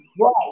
Right